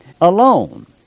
alone